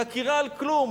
חקירה על כלום.